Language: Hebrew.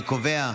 אני קובע,